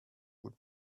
would